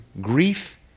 grief